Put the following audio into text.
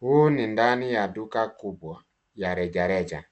Huu ni ndani ya duka kubwa ya rejareja,